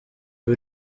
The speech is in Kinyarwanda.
iba